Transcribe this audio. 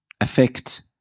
affect